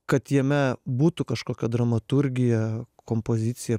kad jame būtų kažkokia dramaturgija kompozicija